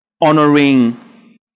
honoring